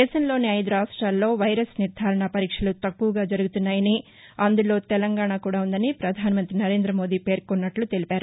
దేశంలోని ఐదు రాష్ట్రెల్లో వైరస్ నిర్దారణ పరీక్షలు తక్కువగా జరుగుతున్నాయని అందులో తెలంగాణ కూడా ఉందని ప్రధాన మంత్రి నరేంద్ర మోదీ పేర్కొన్నట్ల తెలిపారు